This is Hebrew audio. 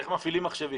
איך מפעילים מחשבים.